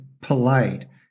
polite